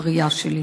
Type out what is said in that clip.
בראייה שלי,